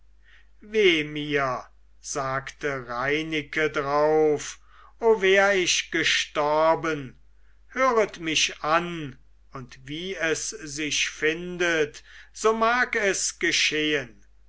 mir sagte reineke drauf o wär ich gestorben höret mich an und wie es sich findet so mag es geschehen